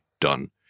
done